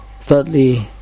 thirdly